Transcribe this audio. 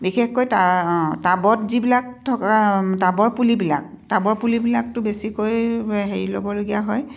বিশেষকৈ টা অঁ টাবত যিবিলাক থকা টাবৰ পুলিবিলাক টাবৰ পুলিবিলাকতো বেছিকৈ হেৰি ল'বলগীয়া হয়